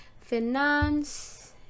finance